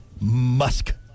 Musk